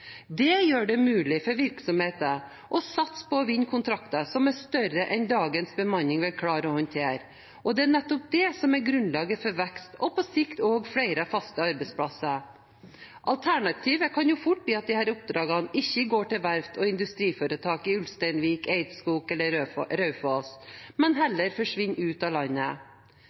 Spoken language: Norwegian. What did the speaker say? Det gjør det mulig for virksomheter å satse på å vinne kontrakter som er større enn dagens bemanning vil klare å håndtere – og det er nettopp det som er grunnlaget for vekst, og på sikt også flere faste arbeidsplasser. Alternativet kan jo fort bli at disse oppdragene ikke går til verft og industriforetak i Ulsteinvik, Eidskog eller Raufoss, men heller forsvinner ut av landet.